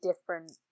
different